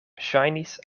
ŝajnis